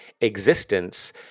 existence